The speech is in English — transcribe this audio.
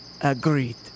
Agreed